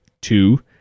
two